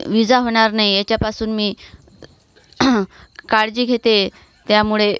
ईजा होणार नाही याच्यापासून मी काळजी घेते त्यामुळे